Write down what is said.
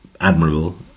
Admirable